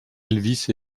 elvis